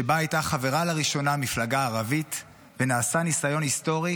שבה הייתה חברה לראשונה מפלגה ערבית ונעשה ניסיון היסטורי